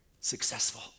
successful